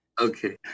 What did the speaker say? Okay